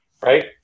Right